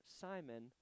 Simon